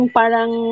parang